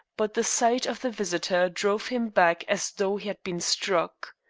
but the sight of the visitor drove him back as though he had been struck.